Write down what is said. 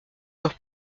leurs